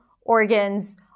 organs